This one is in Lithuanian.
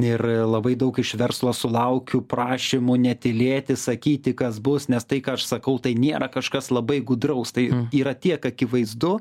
ir labai daug iš verslo sulaukiu prašymų netylėti sakyti kas bus nes tai ką aš sakau tai nėra kažkas labai gudraus tai yra tiek akivaizdu